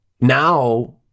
Now